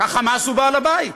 שה"חמאס" הוא בעל-הבית.